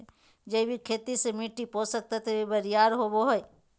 जैविक खेती से मिट्टी के पोषक तत्व बरियार होवो हय